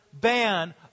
ban